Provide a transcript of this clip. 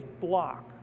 block